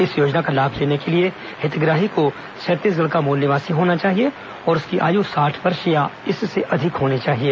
इस योजना का लाभ लेने के लिए हितग्राही को छत्तीसगढ़ का मूल निवासी होना चाहिए और उसकी आयु साठ वर्ष या उससे अधिक होनी चाहिए